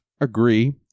agree